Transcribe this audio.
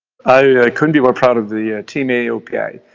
i couldn't be more proud of the teammate aopa.